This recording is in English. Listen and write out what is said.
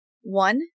one